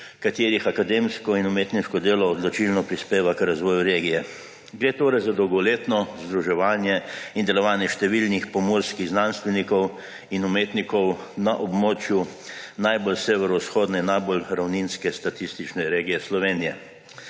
katerih akademsko in umetniško delo odločilno prispeva k razvoju regije. Gre torej za dolgoletno združevanje in delovanje številnih pomurskih znanstvenikov in umetnikov na območju najbolj severovzhodne, najbolj ravninske statistične regije Slovenije.